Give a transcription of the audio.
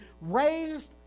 raised